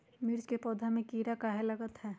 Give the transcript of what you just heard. मिर्च के पौधा में किरा कहे लगतहै?